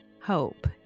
hope